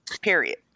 Period